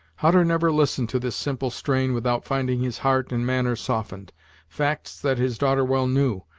hutter never listened to this simple strain without finding his heart and manner softened facts that his daughter well knew,